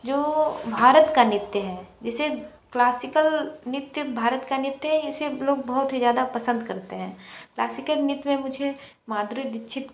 जो भारत का नृत्य है जिसे क्लासीकल नृत्य भारत का नृत्य है इसे लोग बहुत ही ज़्यादा पसंद करते है क्लासिकल नृत्य में मुझे माधुरी दीक्षित